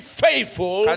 faithful